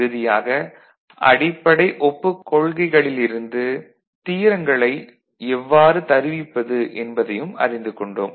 இறுதியாக அடிப்படை ஒப்புக் கொள்கைகளிலிருந்து தியரங்களை எவ்வாறு தருவிப்பது என்பதையும் அறிந்து கொண்டோம்